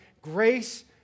grace